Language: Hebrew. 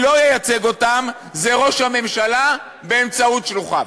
לא ייצג אותם זה ראש הממשלה באמצעות שלוחיו,